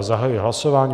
Zahajuji hlasování.